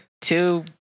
two